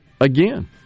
again